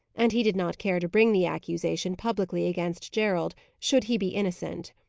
and he did not care to bring the accusation publicly against gerald, should he be innocent.